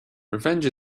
revenge